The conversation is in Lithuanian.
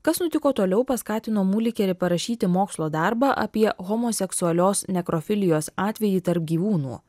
kas nutiko toliau paskatino mulikerį parašyti mokslo darbą apie homoseksualios nekrofilijos atvejį tarp gyvūnų